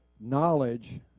knowledge